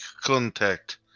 contact